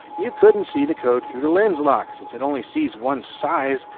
you couldn't see the code through the lenslok since it only sees one size.